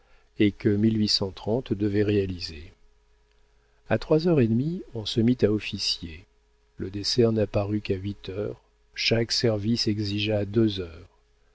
et que devait réaliser a trois heures et demie on se mit à officier le dessert n'apparut qu'à huit heures chaque service exigea deux heures